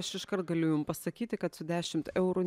aš iškart galiu jum pasakyti kad su dešimt eurų